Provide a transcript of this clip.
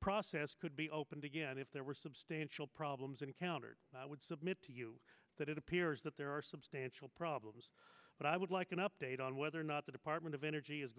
process could be opened again if there were substantial problems encountered i would submit to you that it appears that there are substantial problems but i would like an update on whether or not the department of energy is